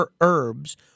herbs